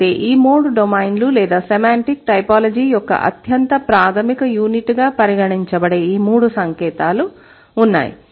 అయితే ఈ మూడు డొమైన్లు లేదా సెమాంటిక్ టైపోలాజీ యొక్క అత్యంత ప్రాధమిక యూనిట్గా పరిగణించబడే ఈ మూడు సంకేతాలు ఉన్నాయి